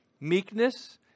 meekness